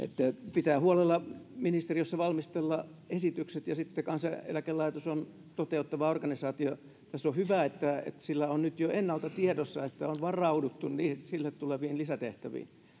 pitää huolella ministeriössä valmistella esitykset ja kansaneläkelaitos on toteuttava organisaatio tässä on hyvä että siellä on jo nyt ennalta tiedossa että on varauduttu sille tuleviin lisätehtäviin